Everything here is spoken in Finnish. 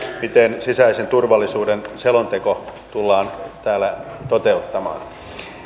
miten sisäisen turvallisuuden selonteko tullaan täällä toteuttamaan